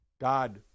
God